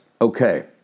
Okay